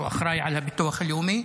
שאחראי על הביטוח הלאומי.